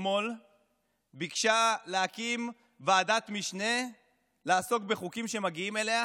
אתמול ביקשה להקים ועדת משנה לעסוק בחוקים שמגיעים אליה,